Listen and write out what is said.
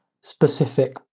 specific